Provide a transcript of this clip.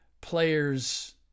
players